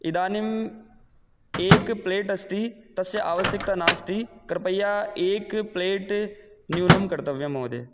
इदानीम् एकं प्लेट् अस्ति तस्य आवश्यकता नास्ति कृपया एकं प्लेट् न्यूनं कर्तव्यं महोदय